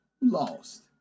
lost